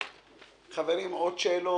חברים, עוד שאלות?